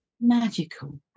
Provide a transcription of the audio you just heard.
magical